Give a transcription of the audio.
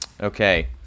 Okay